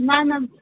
मां न